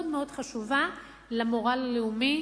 מאוד מאוד חשובות למורל הלאומי